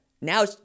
now